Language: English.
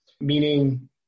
meaning